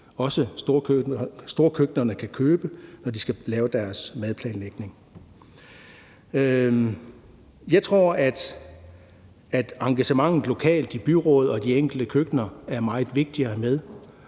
også storkøkkenerne kan købe, når de skal lave deres madplanlægning. Jeg tror, at engagementet lokalt i byråd og i de enkelte køkkener er meget vigtigt at